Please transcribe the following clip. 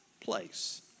place